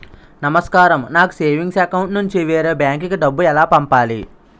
నమస్కారం నాకు savings account నుంచి వేరే బ్యాంక్ కి డబ్బు ఎలా పంపాలి?